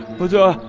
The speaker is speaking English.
but, ah.